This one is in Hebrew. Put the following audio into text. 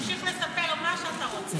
תמשיך לספר מה שאתה רוצה.